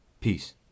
Peace